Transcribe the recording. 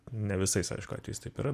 ne visais aišku atvejais taip yra